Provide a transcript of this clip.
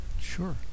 Sure